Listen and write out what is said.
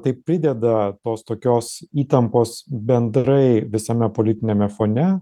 tai prideda tos tokios įtampos bendrai visame politiniame fone